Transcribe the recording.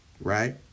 Right